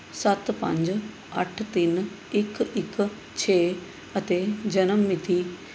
ਸੱਤ ਪੰਜ ਅੱਠ ਤਿੰਨ ਇੱਕ ਇੱਕ ਛੇ ਅਤੇ ਜਨਮ ਮਿਤੀ